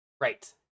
Right